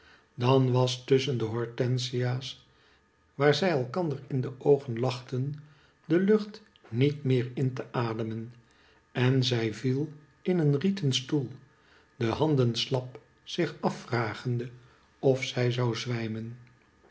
dan was tusschen de hortensia's waar zij elkander in de oogen lachten de lucht niet meer in te ademen en zij viel in een rieten stoel de handen slap zich afvragende of zij zoii zwijmen